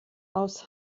aus